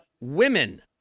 women